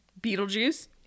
Beetlejuice